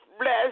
bless